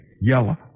yellow